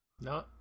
No